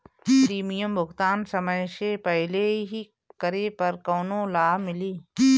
Premium भुगतान समय से पहिले करे पर कौनो लाभ मिली?